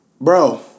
Bro